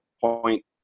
point